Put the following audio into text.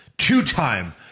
two-time